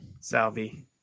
salvi